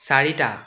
চাৰিটা